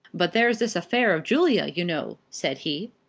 but there's this affair of julia, you know, said he.